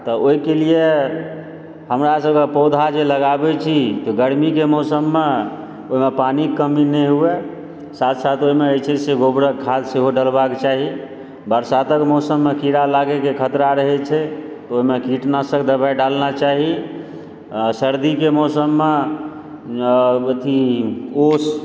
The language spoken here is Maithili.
तऽ ओहिके लिए हमरा सबकेँ पौधा जे लगाबै छी तऽ गरमीके मौसममे ओहिमे पानिक कमी नहि हुए साथ साथ ओहिमे जे छै से गोबरके खाद्य सेहो डलबाके चाही बरसातके मौसममे कीड़ा लागैके खतरा रहै छै तऽ ओहिमे कीटनाशके दवाइ डालना चाही आ सरदीके मौसममे अथी ओश